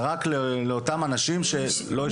זה רק לאותם אנשים שלא אישרו להם.